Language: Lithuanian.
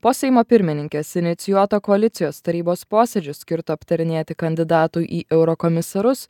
po seimo pirmininkės inicijuoto koalicijos tarybos posėdžio skirto aptarinėti kandidatų į eurokomisarus